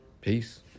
Peace